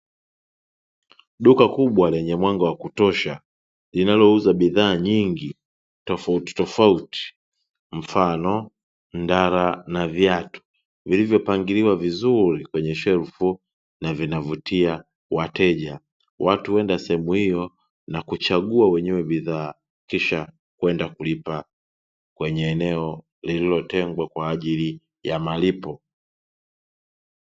Duka kubwa lenye mwanga wa kutosha linalouza bidhaa nyingi tofautitofauti, mfano ndala na viatu; vilivyopangiliwa vizuri kwenye shelfu na vinavutia wateja. Watu huenda sehemu hiyo na kuchagua wenyewe bidhaa, kisha kwenda kulipa kwenye eneo lililotengwa kwa ajili ya malipo.